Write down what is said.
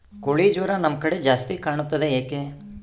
ಕೋಳಿ ಜ್ವರ ನಮ್ಮ ಕಡೆ ಜಾಸ್ತಿ ಕಾಣುತ್ತದೆ ಏಕೆ?